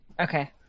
Okay